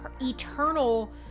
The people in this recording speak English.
eternal